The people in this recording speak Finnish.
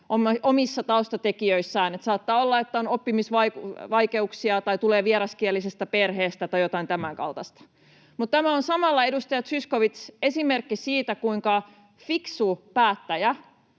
riski liittyen oppimiseen — saattaa olla, että on oppimisvaikeuksia tai tulee vieraskielisestä perheestä tai jotain tämän kaltaista. Mutta tämä on samalla, edustaja Zyskowicz, esimerkki siitä, kuinka fiksu päättäjä